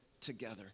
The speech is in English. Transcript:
together